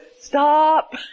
stop